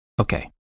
Okay